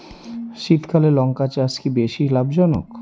শীতকালে লঙ্কা চাষ কি বেশী লাভজনক?